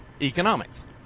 economics